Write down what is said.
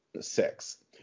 six